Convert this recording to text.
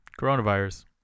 coronavirus